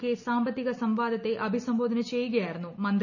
K സാമ്പത്തിക സംവാദത്തെ അഭിസംബോധന ചെയ്യുകയായിരുന്നു മന്ത്രി